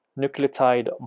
Nucleotide